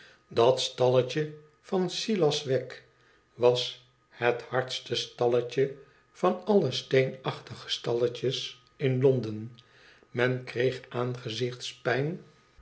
dat stallee van silas wegg was het hardste stauetje van alle steenachtige stalletjes in londen men kreeg